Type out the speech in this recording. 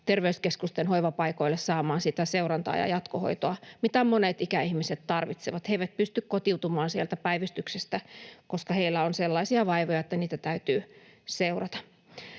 terveyskeskusten hoivapaikoille saamaan seurantaa ja jatkohoitoa, mitä monet ikäihmiset tarvitsevat. He eivät pysty kotiutumaan sieltä päivystyksestä, koska heillä on sellaisia vaivoja, että niitä täytyy seurata.